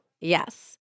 Yes